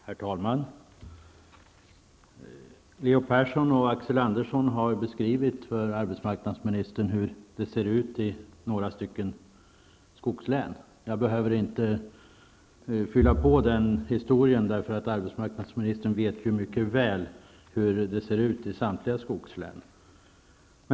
Herr talman! Leo Persson och Axel Andersson har beskrivit för arbetsmarknadsministern hur det ser ut i några skogslän. Jag behöver inte fylla på den beskrivningen -- arbetsmarknadsministern vet ju mycket väl hur det ser ut i samtliga skogslän.